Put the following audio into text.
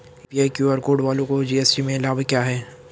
UPI QR code वालों को GST में लाभ क्या है?